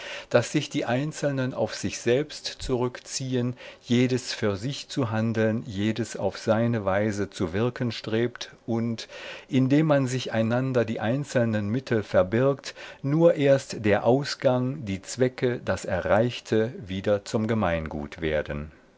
daß sich die einzelnen auf sich selbst zurückziehen jedes für sich zu handeln jedes auf seine weise zu wirken strebt und indem man sich einander die einzelnen mittel verbirgt nur erst der ausgang die zwecke das erreichte wieder zum gemeingut werden